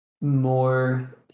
more